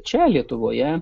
čia lietuvoje